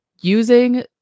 Using